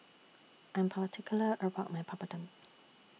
I'm particular about My Papadum